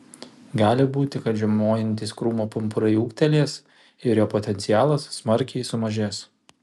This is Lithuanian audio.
gali būti kad žiemojantys krūmo pumpurai ūgtelės ir jo potencialas smarkiai sumažės